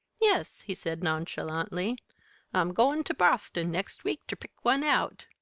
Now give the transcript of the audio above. yes, he said nonchalantly. i'm goin' ter boston next week ter pick one out.